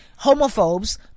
homophobes